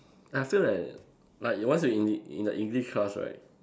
I feel like like once you're in the in the English class right